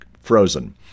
frozen